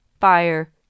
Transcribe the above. fire